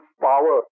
power